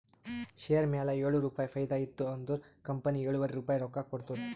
share ಮ್ಯಾಲ ಏಳು ರುಪಾಯಿ ಫೈದಾ ಇತ್ತು ಅಂದುರ್ ಕಂಪನಿ ಎಳುವರಿ ರುಪಾಯಿ ರೊಕ್ಕಾ ಕೊಡ್ತುದ್